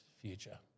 future